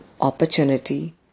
opportunity